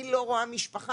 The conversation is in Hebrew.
אני לא רואה משפחה,